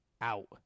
out